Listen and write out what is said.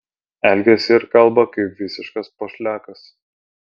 elgiasi ir kalba kaip visiškas pošliakas